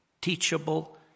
teachable